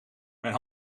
mijn